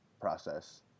process